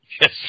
Yes